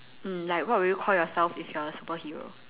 mm like what would you call yourself if you're a superhero